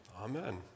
amen